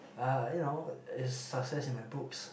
ah you know it's success in my books